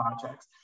projects